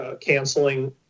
canceling